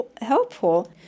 helpful